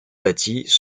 bâties